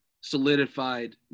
solidified